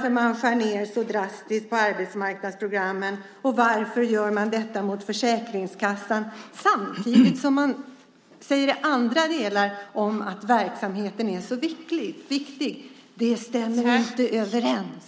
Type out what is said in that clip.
när man skär ned så drastiskt på arbetsmarknadsprogrammen, och varför gör man detta mot Försäkringskassan samtidigt som man i andra sammanhang säger att verksamheten är så viktig? Det stämmer ju inte överens!